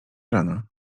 rana